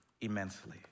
immensely